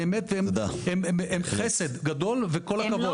באמת שהן חסד גדול וכל הכבוד --- הן לא